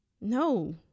No